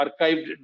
archived